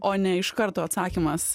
o ne iš karto atsakymas